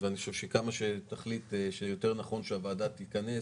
ואני חושב שכמה שתחליט שיותר נכון שהוועדה תתכנס,